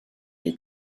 chi